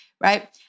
right